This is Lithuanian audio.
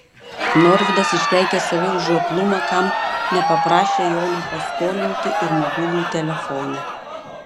norvydas iškeikė save už žioplumą kam nepaprašė jono paskolinti ir mobilųjį telefoną